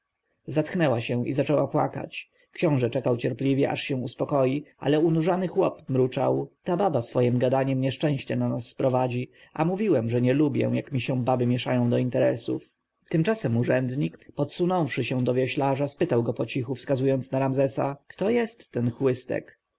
zatchnęła się i zaczęła płakać książę czekał cierpliwie aż się uspokoi ale unurzany chłop mruczał ta baba swojem gadaniem nieszczęście na nas sprowadzi a mówiłem że nie lubię jak mi się baby mieszają do interesów tymczasem urzędnik podsunąwszy się do wioślarza spytał go pocichu wskazując na ramzesa kto jest ten chłystek